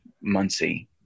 Muncie